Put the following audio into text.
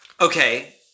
Okay